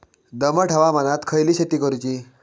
दमट हवामानात खयली शेती करूची?